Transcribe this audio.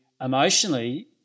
emotionally